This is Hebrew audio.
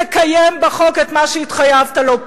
תקיים בחוק את מה שהתחייבת לו,